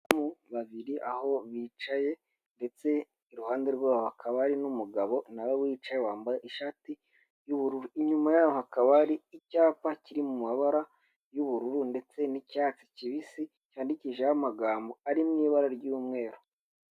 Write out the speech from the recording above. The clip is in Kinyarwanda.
Abadamu babiri aho bicaye, ndetse iruhande rwabo hakaba ari n'umugabo nawe wicaye wambaye ishati y'ubururu, inyuma yaho hakaba hari icyapa kiri mu mabara y'ubururu ndetse n'icyatsi kibisi cyandikishijeho amagambo ari mu ibara ry'umweru.